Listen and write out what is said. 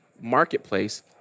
Marketplace